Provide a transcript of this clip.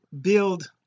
build